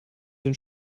den